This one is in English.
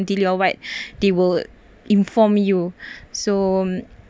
until your they will inform you so